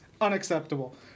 Unacceptable